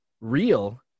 real